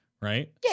Right